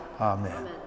Amen